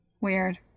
Weird